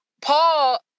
Paul